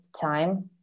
time